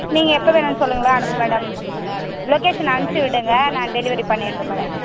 நீங்கள் எப்போ வேணும்ன்னு சொல்லுங்களேன் அனுப்பு மேடம் லொக்கேஷன் அனுப்பிச்சி விடுங்கள் நான் டெலிவரி பண்ணிடுறேன் மேடம்